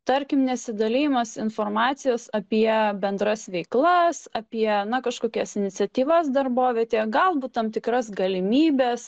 tarkim nesidalijimas informacijos apie bendras veiklas apie kažkokias iniciatyvas darbovietėje galbūt tam tikras galimybes